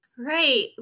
Right